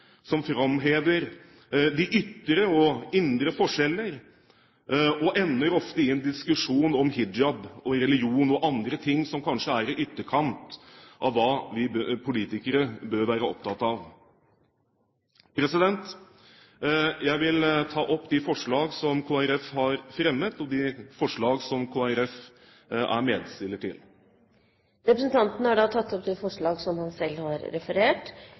som framhever de ytre og indre forskjeller, og ender ofte i en diskusjon om hijab, religion og andre ting som kanskje er i ytterkant av hva vi politikere bør være opptatt av. Jeg vil ta opp de forslag som Kristelig Folkeparti har fremmet og de forslag som Kristelig Folkeparti er medforslagsstiller til. Representanten Geir Jørgen Bekkevold har tatt opp de forslag han